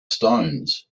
stones